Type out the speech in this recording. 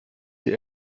die